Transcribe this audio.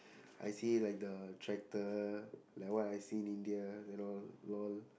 I see like the tractor like what I see in India you know lol